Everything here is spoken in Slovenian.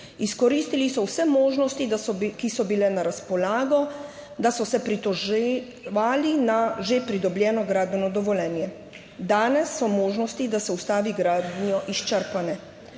Izkoristili so vse možnosti, ki so bile na razpolago, da so se pritoževali na že pridobljeno gradbeno dovoljenje. Danes so te možnosti, da bi zaustavili gradnjo, izčrpali.